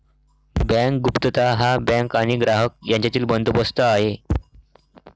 bank गुप्तता हा bank आणि ग्राहक यांच्यातील बंदोबस्त आहे